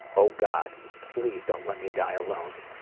oh god, please don't let me die alone.